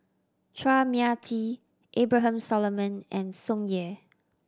Chua Mia Tee Abraham Solomon and Tsung Yeh